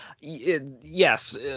yes